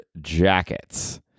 jackets